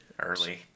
Early